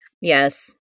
Yes